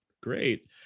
Great